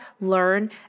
learn